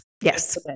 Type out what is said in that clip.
yes